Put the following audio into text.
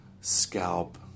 scalp